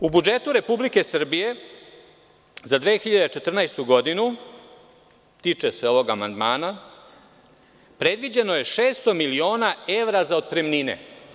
U budžetu Republike Srbije za 2014. godinu, tiče se ovog amandmana, predviđeno je 600 miliona evra za otpremnine.